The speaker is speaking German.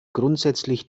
grundsätzlich